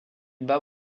bas